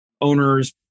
Owners